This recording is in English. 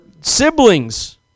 siblings